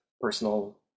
personal